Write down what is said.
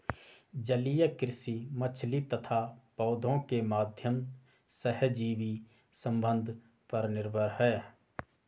जलीय कृषि मछली तथा पौधों के माध्यम सहजीवी संबंध पर निर्भर है